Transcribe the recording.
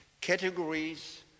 Categories